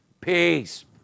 Peace